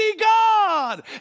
God